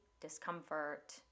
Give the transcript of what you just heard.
discomfort